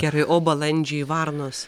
gerai o balandžiai varnos